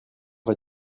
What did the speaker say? vas